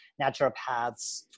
naturopaths